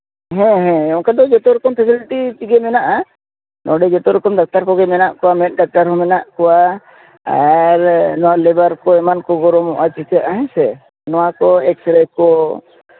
ᱦᱮᱸ ᱦᱮᱸ ᱚᱱᱠᱟᱫᱚ ᱡᱚᱛᱚ ᱨᱚᱠᱚᱢ ᱯᱷᱮᱥᱤᱞᱤᱴᱤ ᱜᱮ ᱢᱮᱱᱟᱜᱼᱟ ᱱᱚᱰᱮ ᱡᱚᱛᱚ ᱨᱚᱠᱚᱢ ᱰᱟᱠᱛᱟᱨᱠᱚᱜᱮ ᱢᱮᱱᱟᱜ ᱠᱚᱣᱟ ᱢᱮᱫ ᱰᱟᱠᱛᱟᱨᱦᱚᱸ ᱢᱮᱱᱟᱜ ᱠᱚᱣᱟ ᱟᱨ ᱱᱚᱣᱟ ᱞᱤᱵᱟᱨᱠᱚ ᱮᱢᱟᱱᱠᱚ ᱜᱚᱨᱚᱢᱚᱜᱼᱟ ᱪᱤᱠᱟᱹᱜᱼᱟ ᱥᱮ ᱱᱚᱣᱟᱠᱚ ᱮᱠᱥᱼᱨᱮ ᱠᱚ